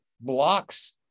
blocks